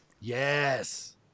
yes